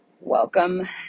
welcome